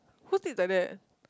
who sleep like that